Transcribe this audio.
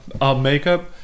Makeup